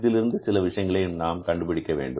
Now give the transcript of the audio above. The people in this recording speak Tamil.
இதிலிருந்து சில விஷயங்களை நாம் கண்டுபிடிக்க வேண்டும்